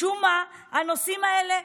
משום מה, הנושאים האלה,